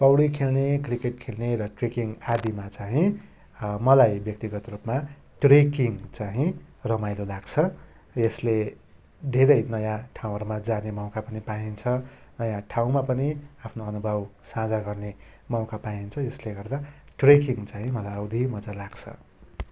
पौडी खेल्ने क्रिकेट खेल्ने र ट्रेकिङ आदिमा चाहिँ मलाई व्यस्तिगत रूपमा ट्रेकिङ चाहिँ रमाइलो लाग्छ यसले धेरै नयाँ ठाउँहरूमा जाने मौकाहरू पनि पाइन्छ नयाँ ठाउँमा पनि आफ्नो अनुभव साझा गर्ने मौका पाइन्छ यसले गर्दा ट्रेकिङ चाहिँ मलाई औधी मजा लाग्छ